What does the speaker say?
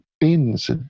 bins